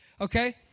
Okay